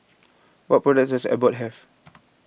what products does Abbott have